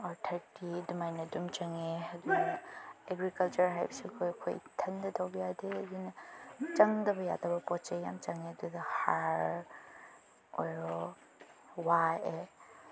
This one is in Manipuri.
ꯑꯣꯔ ꯊꯥꯔꯇꯤ ꯑꯗꯨꯃꯥꯏꯅ ꯑꯗꯨꯝ ꯆꯪꯉꯦ ꯑꯗꯨꯒ ꯑꯦꯒ꯭ꯔꯤꯀꯜꯆꯔ ꯍꯥꯏꯕꯁꯤ ꯑꯩꯈꯣꯏ ꯑꯩꯈꯣꯏ ꯏꯊꯟꯗ ꯇꯧꯕ ꯌꯥꯗꯦ ꯑꯗꯨꯅ ꯆꯪꯗꯕ ꯌꯥꯗꯕ ꯄꯣꯠ ꯆꯩ ꯌꯥꯝ ꯆꯪꯉꯦ ꯑꯗꯨꯗ ꯍꯥꯔ ꯑꯣꯏꯔꯣ ꯋꯥꯏ ꯑꯦ